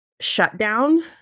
shutdown